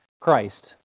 Christ